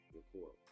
record